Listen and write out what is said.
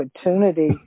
opportunity